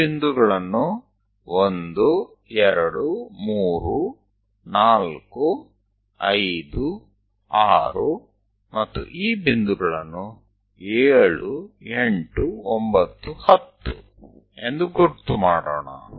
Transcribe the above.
ಈ ಬಿಂದುಗಳನ್ನು 1 2 3 4 5 6 ಮತ್ತು ಈ ಬಿಂದುಗಳನ್ನು 7 8 9 10 ಎಂದು ಗುರುತು ಮಾಡೋಣ